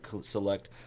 select